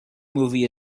movie